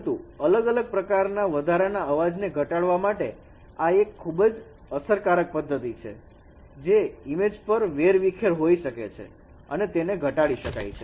પરંતુ અલગ અલગ પ્રકારના વધારાના અવાજને ઘટાડવા માટે આ એક ખૂબ જ અસરકારક પદ્ધતિ છે જે ઇમેજ પર વેરવિખેર હોઈ શકે છે અને એને ઘટાડી શકાય છે